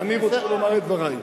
ואני רוצה לומר את דברי.